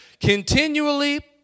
Continually